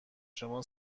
شما